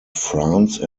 france